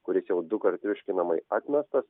kuris jau dukart triuškinamai atmestas